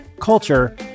culture